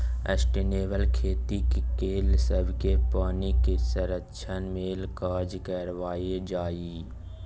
sustainable खेतीक लेल सबकेँ पानिक संरक्षण लेल काज करबाक चाही